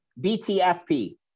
BTFP